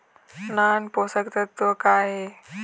नान पोषकतत्व का हे?